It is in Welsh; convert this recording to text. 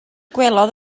gwelodd